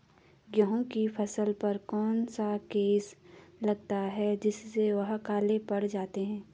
गेहूँ की फसल पर कौन सा केस लगता है जिससे वह काले पड़ जाते हैं?